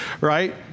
right